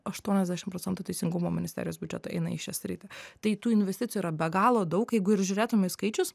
aštuoniasdešim procentų teisingumo ministerijos biudžeto eina į šią sritį tai tų investicijų yra be galo daug jeigu ir žiūrėtume į skaičius